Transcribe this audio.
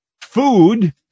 food